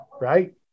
right